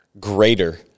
greater